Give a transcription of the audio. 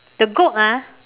the goat ah